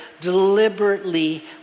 deliberately